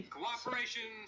Cooperation